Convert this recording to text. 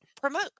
promote